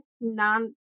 non